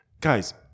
Guys